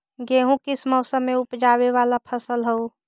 गेहूं किस मौसम में ऊपजावे वाला फसल हउ?